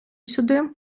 сюди